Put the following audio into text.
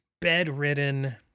bedridden